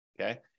okay